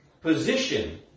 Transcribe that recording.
position